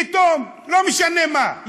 יתום, לא משנה מה.